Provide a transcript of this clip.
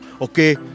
okay